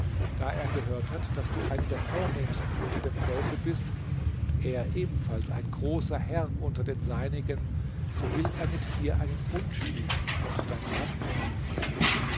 da er gehört hat daß du eine der vornehmsten unter dem volke bist und er ebenfalls ein großer herr unter den seinigen so will er mit dir einen bund schließen und dein mann werden